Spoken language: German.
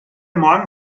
morgen